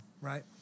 Right